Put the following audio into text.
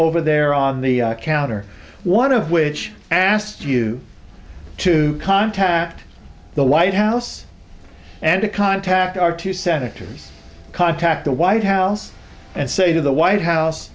over there on the counter one of which asked you to contact the white house and to contact our two senators contact the white house and say to the white house